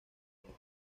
niega